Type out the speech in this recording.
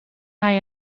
hij